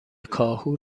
کاهو